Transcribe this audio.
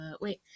wait